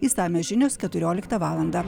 išsamios žinios keturioliktą valandą